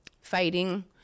fighting